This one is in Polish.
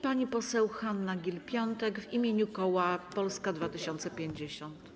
Pani poseł Hanna Gill-Piątek w imieniu koła Polska 2050.